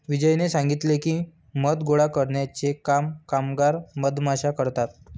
विजयने सांगितले की, मध गोळा करण्याचे काम कामगार मधमाश्या करतात